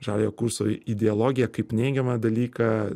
žaliojo kurso ideologiją kaip neigiamą dalyką